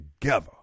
together